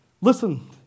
Listen